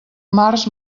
març